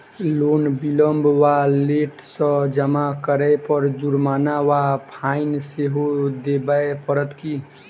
Loan विलंब वा late सँ जमा करै पर जुर्माना वा फाइन सेहो देबै पड़त की?